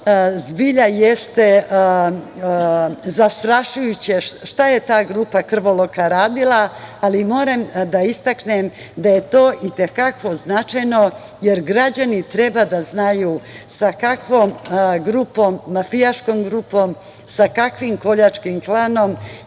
zbilja jeste zastrašujuće, šta je ta grupa krvoloka radila, ali moram da istaknem da je to i te kako značajno, jer građani treba da znaju sa kakvom grupom, mafijaškom grupom, sa kakvim koljačkim klanom